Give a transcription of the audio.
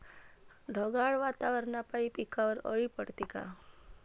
ढगाळ वातावरनापाई पिकावर अळी पडते का?